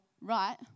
right